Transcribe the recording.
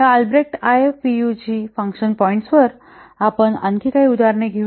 या Albrecht I F P U G function पॉईंट्सवर आपण आणखी काही उदाहरणे घेऊ